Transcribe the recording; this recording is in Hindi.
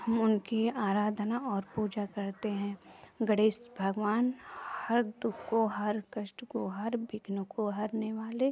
हम उनकी आराधना और पूजा करते हैं गणेश भगवान हर दु ख को हर कष्ट को हर विघ्न को हरने वाले